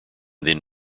then